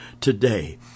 today